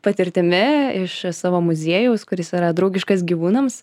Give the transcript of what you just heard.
patirtimi iš savo muziejaus kuris yra draugiškas gyvūnams